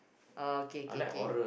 okay okay okay